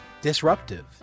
disruptive